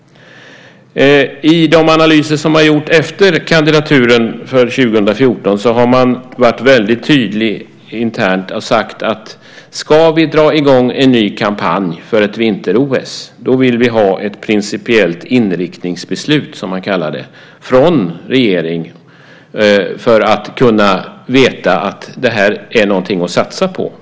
I de analyser som har gjorts efter kandidaturen för 2014 har man varit tydlig internt. Man har sagt att om vi ska dra i gång en ny kampanj för ett vinter-OS så vill vi ha ett principiellt inriktningsbeslut, som man kallar det, från regeringen för att kunna veta att det här är någonting att satsa på.